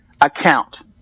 account